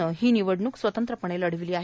नं ही निवडणूक स्वतंत्रपणे लढवीली आहे